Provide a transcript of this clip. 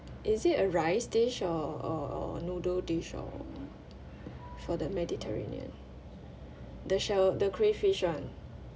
is it a rice dish or or or noodle dish or for the mediterranean the shell the crayfish [one]